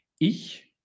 Ich